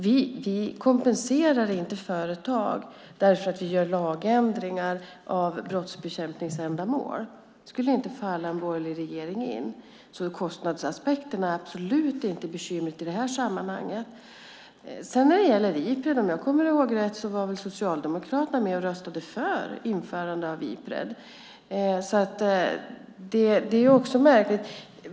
Vi kompenserar nämligen inte företag för att vi gör lagändringar för brottsbekämpningsändamål. Det skulle inte falla en borgerlig regering in. Kostnadsaspekterna är absolut inte bekymret i det här sammanhanget. När det gäller Ipredlagen var väl Socialdemokraterna med och röstade för införandet av den, om jag minns rätt, så det är också märkligt.